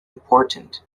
important